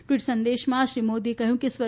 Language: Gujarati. ટવીટ સંદેશમાં શ્રી મોદીએ કહયું કે સ્વ